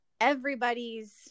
everybody's